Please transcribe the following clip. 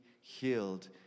healed